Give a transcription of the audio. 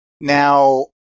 Now